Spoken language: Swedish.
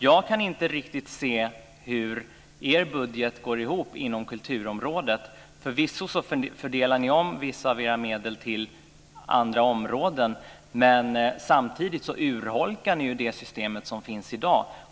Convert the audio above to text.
Jag kan inte riktigt se hur er budget går ihop inom kulturområdet. Förvisso fördelar ni om vissa av era medel till andra områden, men samtidigt urholkar ni ju det system som finns i dag.